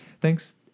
thanks